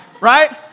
right